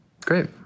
great